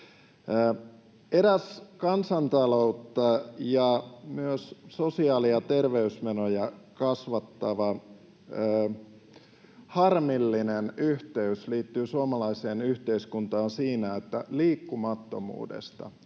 Eräs kansantaloutta ja myös sosiaali‑ ja terveysmenoja kasvattava harmillinen yhteys liittyen suomalaiseen yhteiskuntaan on siinä, että liikkumattomuudesta